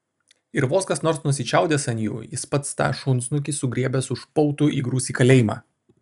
ir vos kas nors nusičiaudės ant jų jis pats tą šunsnukį sugriebęs už pautų įgrūs į kalėjimą